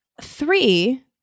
Three